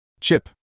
Chip